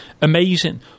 Amazing